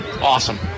Awesome